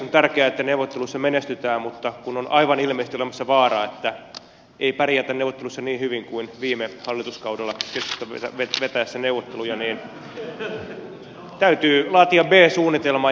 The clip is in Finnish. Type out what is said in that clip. on tärkeää että neuvotteluissa menestytään mutta kun on aivan ilmeisesti olemassa vaara että ei pärjätä neuvotteluissa niin hyvin kuin viime hallituskaudella keskustan vetäessä neuvotteluja niin täytyy laatia b suunnitelma